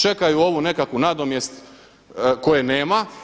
Čekaju ovu nekakvu nadomjest koje nema.